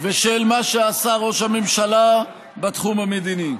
ושל מה שעשה ראש הממשלה בתחום המדיני: